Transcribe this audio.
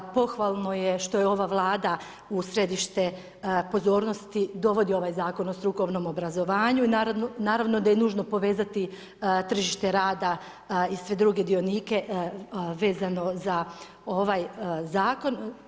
Pohvalno je što ova Vlada u središte pozornosti dovodi ovaj Zakon o strukovnom obrazovanju i naravno da je nužno povezati tržište rada i sve druge dionike vezano za ovaj zakon.